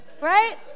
Right